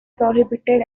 prohibited